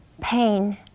pain